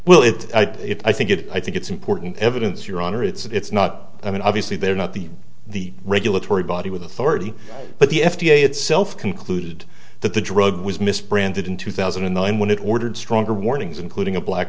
will it i think it i think it's important evidence your honor it's not i mean obviously they're not the the regulatory body with authority but the f d a itself concluded that the drug was misprinted in two thousand and nine when it ordered stronger warnings including a black